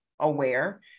aware